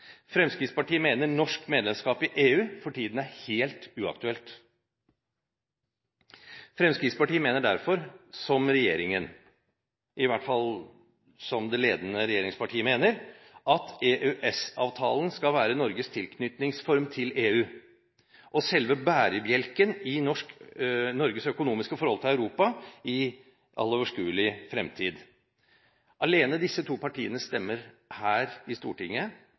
Fremskrittspartiet mener norsk medlemskap i EU for tiden er helt uaktuelt. Fremskrittspartiet mener derfor, som regjeringen – i hvert fall som det ledende regjeringspartiet mener – at EØS-avtalen skal være Norges tilknytningsform til EU og selve bærebjelken i Norges økonomiske forhold til Europa i all overskuelig fremtid. Alene gir disse to partienes stemmer her i Stortinget